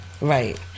right